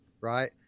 right